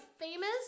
famous